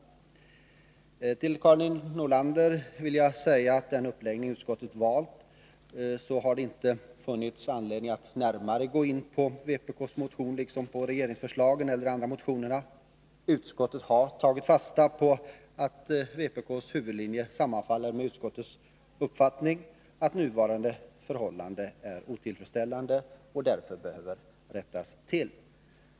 Till Karin Nordlander vill jag säga att det med den uppläggning utskottet valt inte funnits anledning att närmare gå in på vpk:s motion liksom på regeringsförslagen eller de andra motionerna. Utskottet har tagit fasta på att vpk:s huvudlinje sammanfaller med utskottets uppfattning, att nuvarande förhållanden är otillfredsställande och behöver rättas till.